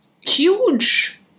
huge